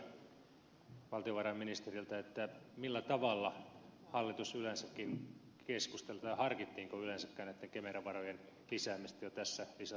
haluaisin kysyä valtiovarainministeriltä millä tavalla hallitus yleensäkin keskusteli tai harkittiinko yleensäkään näitten kemera varojen lisäämistä jo tässä lisätalousarviossa